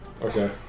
Okay